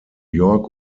york